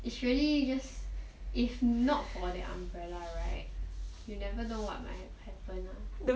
it's really just if not for that umbrella right you never know what might have had happened ah